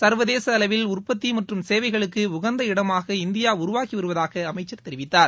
சர்வதேச அளவில் உற்பத்தி மற்றும் சேவைகளுக்கு உகந்த இடமாக இந்தியா உருவாகி வருவதாக அமைச்சர் தெரிவித்தார்